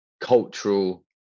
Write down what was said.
cultural